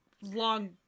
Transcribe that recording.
long